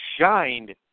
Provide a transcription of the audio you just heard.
shined